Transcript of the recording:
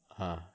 ah